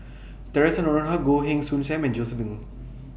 Theresa Noronha Goh Heng Soon SAM and Josef Ng